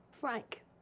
Frank